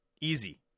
easy